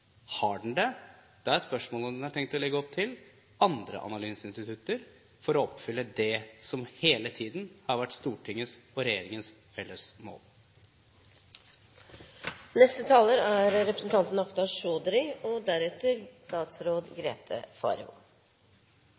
Har den det, er spørsmålet om en har tenkt å legge opp til andre analyseinstitutter for å oppfylle det som hele tiden har vært Stortingets og regjeringens felles mål. Representanten Sandberg sa at vi må ta voldtekt på alvor, og